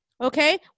Okay